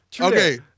okay